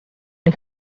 এখন